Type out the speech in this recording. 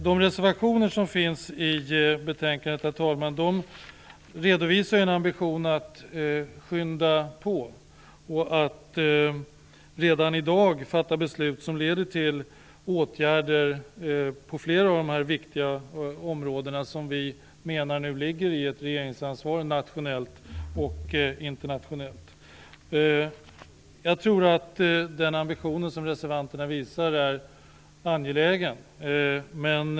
De reservationer som finns i betänkandet redovisar en ambition att skynda på, och att redan i dag fatta beslut som leder till åtgärder på flera av dessa viktiga områden. Vi menar att detta nu är regeringens ansvar, både nationellt och internationellt. Jag tror att den ambition som reservanterna visar är angelägen.